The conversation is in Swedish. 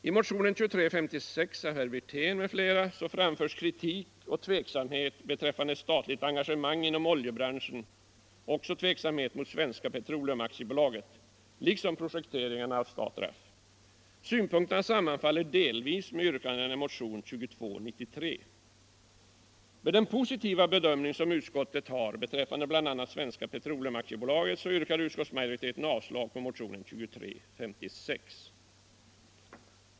I motionen 2356 av herr Wirtén m.fl. framförs kritik och tveksamhet beträffande statligt engagemang inom oljebranschen och mot Svenska Petroleum AB liksom mot projekteringen av Statsraff. Synpunkterna sammanfaller delvis med yrkandena i motionen 2293. Med den positiva bedömning som utskottet gör beträffande bl.a. Svenska Petroleum AB yrkar utskottsmajoriteten avslag på motionen 2356.